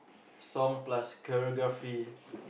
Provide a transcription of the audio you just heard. song plus choreography